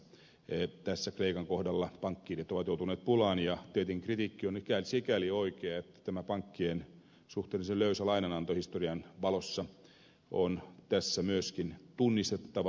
tässä kreikan kohdalla pankkiirit ovat joutuneet pulaan ja tietenkin kritiikki on sikäli oikeaa että tämä pankkien suhteellisen löysä lainananto historian valossa on tässä myöskin tunnistettava